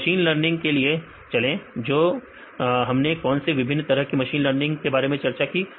फिर machine learning के साथ चलें तो हमने कौन से विभिन्न तरह की मशीन लर्निंग के बारे में चर्चा की